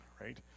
Right